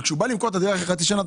כשהוא בא למכור את הדירה אחרי חצי שנה,